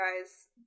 guys